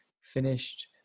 finished